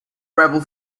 rebel